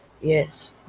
Yes